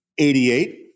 88